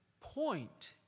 point